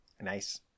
Nice